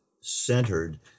centered